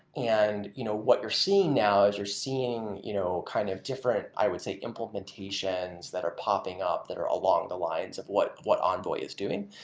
and you know what you're seeing now is you're seeing you know kind of different, i would say, implementations that are popping up that are along the lines of what what envoy is doing.